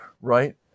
Right